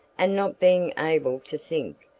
and not being able to think,